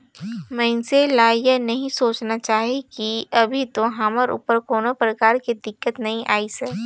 मइनसे ल ये नई सोचना चाही की अभी तो हमर ऊपर कोनो परकार के दिक्कत नइ आइसे